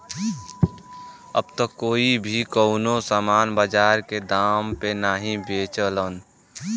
अब त कोई भी कउनो सामान बाजार के दाम पे नाहीं बेचलन